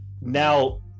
now